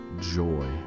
joy